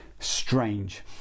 strange